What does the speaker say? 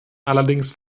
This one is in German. allerdings